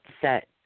set